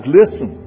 listen